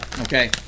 Okay